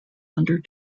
under